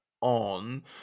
on